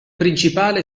principale